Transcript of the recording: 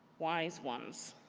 wise ones,